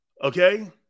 Okay